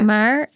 Maar